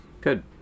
good